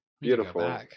beautiful